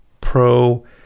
pro-